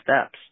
steps